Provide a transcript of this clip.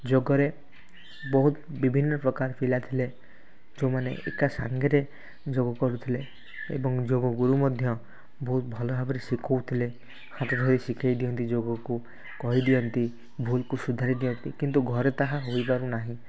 ଯୋଗରେ ବହୁତ ବିଭିନ୍ନ ପ୍ରକାର ପିଲା ଥିଲେ ଯେଉଁମାନେ ଏକା ସାଙ୍ଗରେ ଯୋଗ କରୁଥିଲେ ଏବଂ ଯୋଗ ଗୁରୁ ମଧ୍ୟ ବହୁତ ଭଲ ଭାବରେ ଶିଖାଉ ଥିଲେ ହାତ ଧରି ଶିଖେଇ ଦିଅନ୍ତି ଯୋଗକୁ କହିଦିଅନ୍ତି ଭୁଲକୁ ସୁଧାରି ଦିଅନ୍ତି କିନ୍ତୁ ଘରେ ତାହା ହୋଇପାରୁନାହିଁ